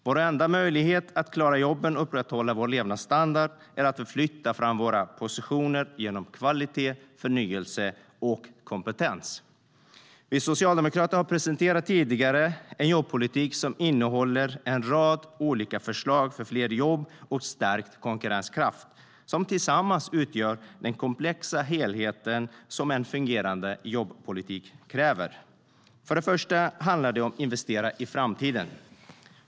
Vår enda möjlighet att klara jobben och upprätthålla vår levnadsstandard är att vi flyttar fram våra positioner genom kvalitet, förnyelse och kompetens. För det första handlar det om att investera för framtiden.